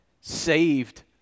saved